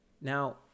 Now